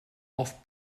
off